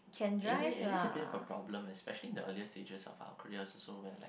it is it is a little bit of a problem especially in the earlier stages of our careers where like